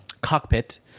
cockpit –